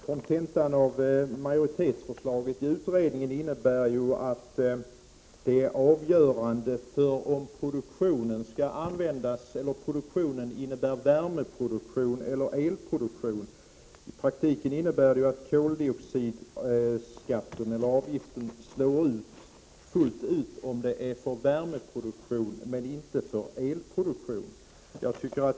Kontentan av majoritetsförslaget i utredningen är ju att det är avgörande om produktionen innebär värmeproduktion eller elproduktion. I praktiken innebär det att koldioxidavgiften slår fullt ut om det gäller värmeproduktion — inte elproduktion.